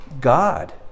God